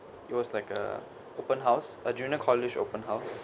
it was like a open house a junior college open house